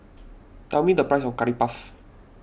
tell me the price of Curry Puff